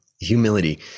humility